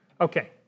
Okay